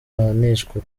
ahanishwa